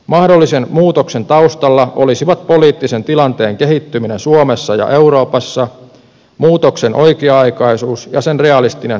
mahdollisen muutoksen taustalla olisivat poliittisen tilanteen kehittyminen suomessa ja euroopassa muutoksen oikea aikaisuus ja sen realistinen toteutuminen